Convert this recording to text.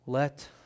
Let